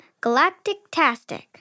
galactic-tastic